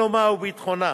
שלומה וביטחונה.